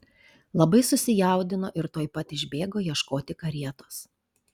labai susijaudino ir tuoj pat išbėgo ieškoti karietos